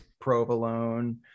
provolone